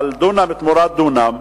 על דונם תמורת דונם,